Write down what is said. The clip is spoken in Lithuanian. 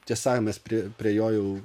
tiesą sakant mes pri prie jo jau